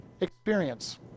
experience